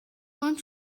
uns